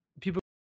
people